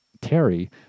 Terry